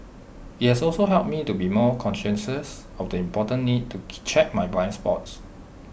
IT has also helped me to be more conscious of the important need to check my blind spots